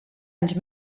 anys